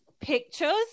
pictures